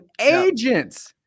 agents